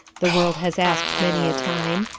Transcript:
the world has asked many a time.